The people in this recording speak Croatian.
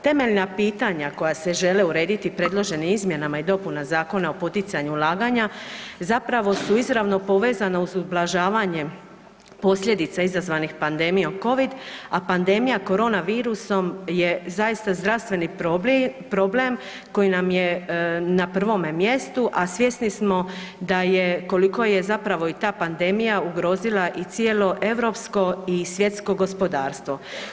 Temeljna pitanja koja se žele urediti predloženim izmjenama i dopunama Zakona o poticanju laganja, zapravo su izravno povezane uz ublažavanje posljedica izazvanih pandemijom COVID a pandemija korona virusom je zaosta zdravstveni problem koji nam je na prvome mjestu a svjesni smo da je koliko je zapravo i ta pandemija ugrozila i cijelo europsko i svjetsko gospodarstvo.